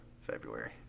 February